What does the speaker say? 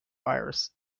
iris